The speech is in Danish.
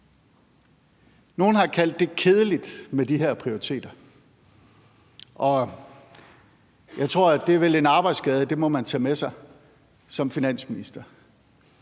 Nogle har kaldt det kedeligt med de her prioriteter, og jeg tror, det vel er en arbejdsskade, man må tage med sig som finansminister.